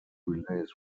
relays